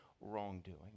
wrongdoing